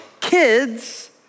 kids